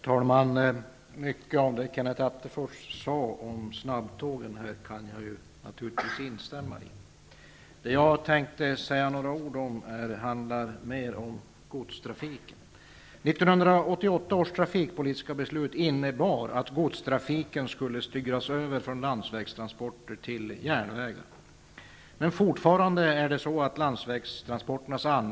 Herr talman! Jag kan instämma i mycket av det Kenneth Attefors sade om snabbtågen.